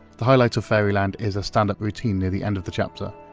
the highlights of fairyland is a standard routine near the end of the chapter.